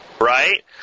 right